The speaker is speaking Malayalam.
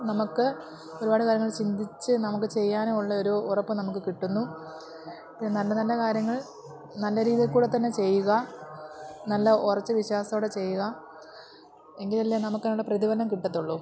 നമുക്ക് ഒരുപാട് കാര്യങ്ങൾ ചിന്തിച്ച് നമുക്ക് ചെയ്യാനും ഉള്ള ഒരു ഉറപ്പ് നമുക്ക് കിട്ടുന്നു പിന്നെ നല്ലനല്ല കാര്യങ്ങൾ നല്ലരീതിയിൽക്കൂടെത്തന്നെ ചെയ്യുക നല്ല ഉറച്ച വിശ്വാസത്തോടെ ചെയ്യുക എങ്കിൽ അല്ലേ നമുക്ക് നല്ല പ്രതിഫലം കിട്ടത്തുള്ളൂ